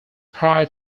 prior